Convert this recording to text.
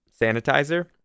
sanitizer